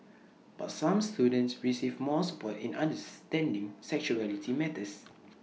but some students receive more support in understanding sexuality matters